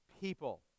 people